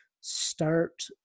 start